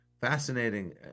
fascinating